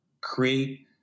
create